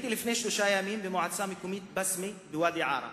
לפני שלושה ימים הייתי במועצה המקומית בסמה בוואדי-ערה,